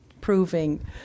proving